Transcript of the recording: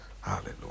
Hallelujah